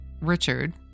Richard